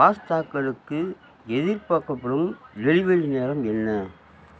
பாஸ்த்தாக்களுக்கு எதிர்பார்க்கப்படும் டெலிவரி நேரம் என்ன